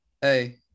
hey